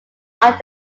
are